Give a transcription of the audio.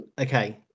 Okay